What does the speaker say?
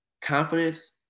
confidence